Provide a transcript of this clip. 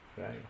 Right